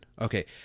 okay